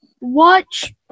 watch